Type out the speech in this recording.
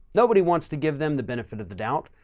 nobody wants to give them the benefit of the doubt,